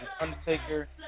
Undertaker